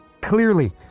clearly